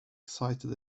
cited